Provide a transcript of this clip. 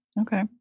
Okay